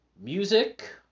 music